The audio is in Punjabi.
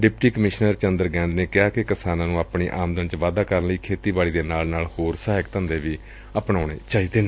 ਡਿਪਟੀ ਕਮਿਸ਼ਨਰ ਚੰਦਰ ਗੈਂਦ ਨੇ ਕਿਹਾ ਕਿ ਕਿਸਾਨਾਂ ਨੂੰ ਆਪਣੀ ਆਮਦਨ ਵਿੱਚ ਵਾਧਾ ਕਰਨ ਲਈ ਖੇਤੀਬਾੜੀ ਦੇ ਨਾਲ ਨਾਲ ਹੋਰ ਸਹਾਇਕ ਧੰਦੇ ਵੀ ਅਪਨਾਉਣੇ ਚਾਹੀਦੇ ਨੇ